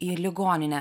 į ligoninę